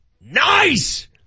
Nice